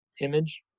Image